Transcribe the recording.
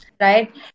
right